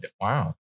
Wow